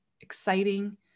exciting